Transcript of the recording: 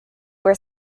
were